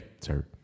sir